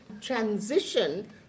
transition